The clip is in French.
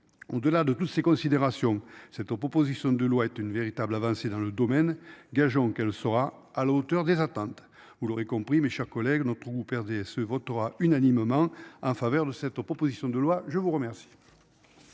de la de toutes ces considérations. Cette proposition de loi est une véritable avancée dans le domaine. Gageons qu'elle sera à la hauteur des attentes. Vous l'aurez compris, mes chers collègues. Notre groupe RDSE votera unanimement en faveur de cette proposition de loi, je vous remercie.